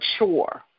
mature